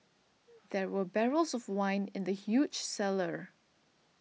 there were barrels of wine in the huge cellar